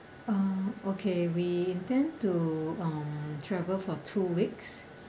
uh okay we intend to um travel for two weeks